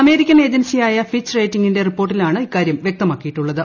American ഏജൻസിയായ Fitch റേറ്റിംഗിന്റെ റിപ്പോർട്ടിലാണ് ഇക്കാര്യം വ്യക്തമാക്കിയിട്ടുള്ളത്